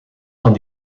van